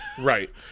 Right